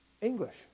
English